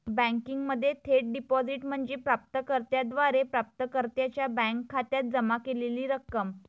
बँकिंगमध्ये थेट डिपॉझिट म्हणजे प्राप्त कर्त्याद्वारे प्राप्तकर्त्याच्या बँक खात्यात जमा केलेली रक्कम